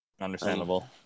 Understandable